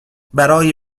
برای